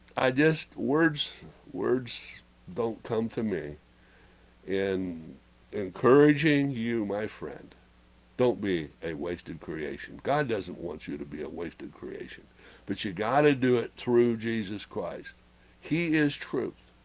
i just words words don't come to me and encouraging you, my friend don't be a. wasted creation, god doesn't want you to be a. wasted creation but you got to do it through, jesus christ he, is truth